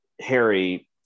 Harry